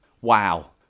Wow